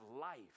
life